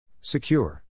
Secure